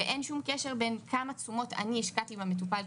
כל המשק השתנה מבחינתנו